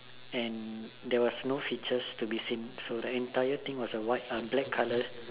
and there was no features to be seen so the entire thing was a white um black colour